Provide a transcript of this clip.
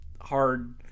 hard